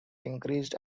increased